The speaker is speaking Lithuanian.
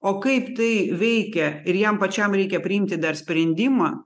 o kaip tai veikia ir jam pačiam reikia priimti dar sprendimą